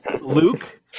Luke